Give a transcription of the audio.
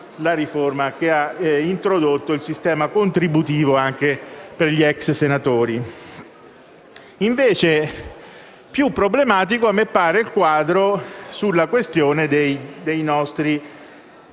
la riforma che ha introdotto il sistema contributivo anche per gli ex senatori. Più problematico, invece, a me pare il quadro sulla questione dei nostri